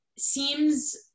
seems